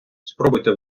спробуйте